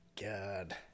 God